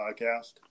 podcast